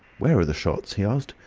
what were the shots? he asked.